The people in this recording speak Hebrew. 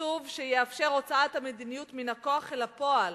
תקצוב שיאפשר הוצאת המדיניות מן הכוח אל הפועל,